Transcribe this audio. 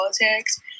politics